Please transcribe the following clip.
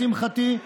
לשמחתי,